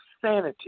sanity